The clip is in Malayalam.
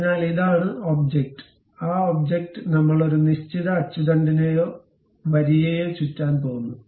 അതിനാൽ ഇതാണ് ഒബ്ജക്റ്റ് ആ ഒബ്ജക്റ്റ് നമ്മൾ ഒരു നിശ്ചിത അച്ചുതണ്ടിനെയോ വരിയെയോ ചുറ്റാൻ പോകുന്നു